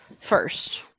first